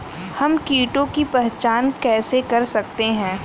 हम कीटों की पहचान कैसे कर सकते हैं?